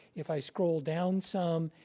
if i scroll down some,